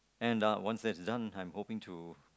and uh once that's done I'm hoping to